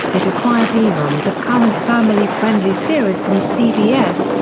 it acquired reruns of current family-friendly series from cbs,